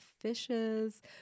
fishes